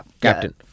Captain